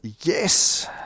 yes